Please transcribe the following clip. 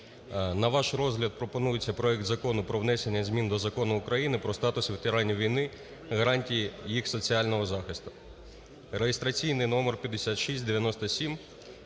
на ваш розгляд пропонується проект Закону про внесення змін до Закону України "Про статус ветеранів війни, гарантії їх соціального захисту"